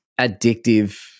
addictive